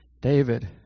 David